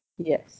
Yes